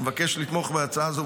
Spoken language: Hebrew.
אני מבקש לתמוך בהצעה הזאת,